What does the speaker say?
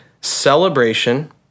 celebration